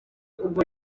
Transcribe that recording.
ubwo